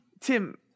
Tim